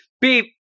Beep